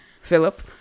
Philip